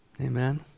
Amen